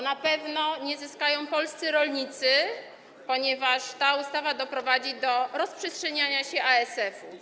Na pewno nie zyskają polscy rolnicy, ponieważ ta ustawa doprowadzi do rozprzestrzeniania się ASF-u.